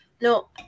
No